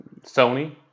Sony